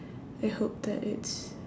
I hope that it's